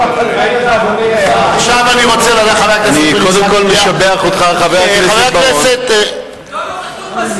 אני קודם כול משבח אותך, חבר הכנסת בר-און.